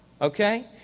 Okay